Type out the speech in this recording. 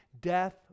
Death